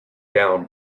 down